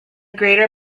greater